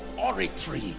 oratory